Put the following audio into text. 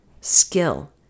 skill